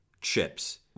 chips